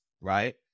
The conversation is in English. right